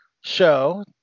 show